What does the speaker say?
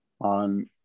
On